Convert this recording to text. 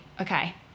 okay